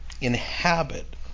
inhabit